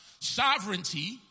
sovereignty